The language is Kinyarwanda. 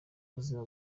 buzima